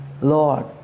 Lord